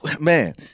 man